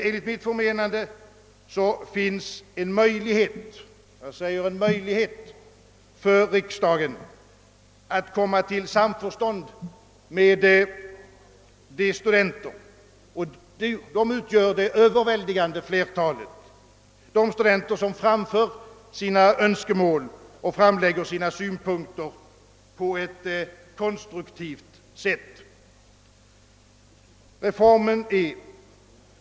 Enligt mitt förmenande finns en möjlighet — jag säger: en möjlighet — för riksdagen att komma till samförstånd med de studenter, vilka utgör det överväldigande flertalet, som framför sina önskemål och framlägger sina synpunkter på ett konstruktivt sätt.